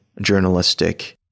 journalistic